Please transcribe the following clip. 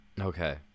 Okay